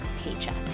paycheck